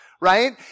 right